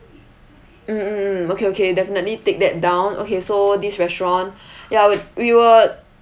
mm mm mm okay okay definitely take that down okay so this restaurant ya we~ we will